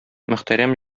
мөхтәрәм